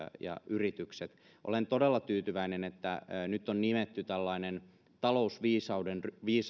ja yritykset olen todella tyytyväinen että nyt on nimetty tällainen talousviisauden